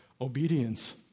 Obedience